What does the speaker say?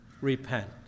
repent